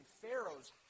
Pharaoh's